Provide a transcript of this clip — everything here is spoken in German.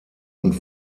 und